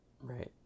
right